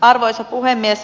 arvoisa puhemies